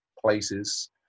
places